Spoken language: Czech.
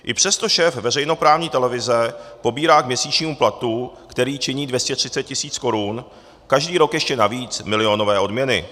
I přesto šéf veřejnoprávní televize pobírá k měsíčnímu platu, který činí 230 tisíc korun, každý rok ještě navíc milionové odměny.